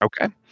Okay